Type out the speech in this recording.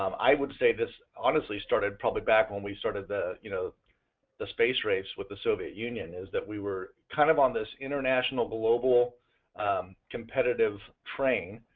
um i would say this honestly started probably back when we started the you know the space rates with the soviet union is that we were kind of on this international global competitive train.